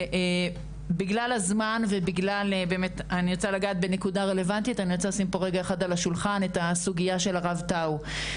אני רוצה לשים על השולחן את הסוגיה של הרב טאו.